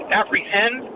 apprehend